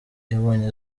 yabonye